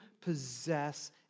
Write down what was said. possess